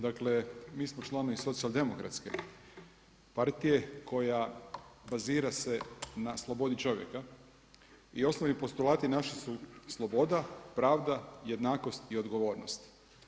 Dakle, mi smo članovi Socijaldemokratske partije koja bazira se na slobodi čovjeka i osnovni postulati naši su sloboda, pravda, jednakost i odgovornost.